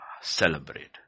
celebrate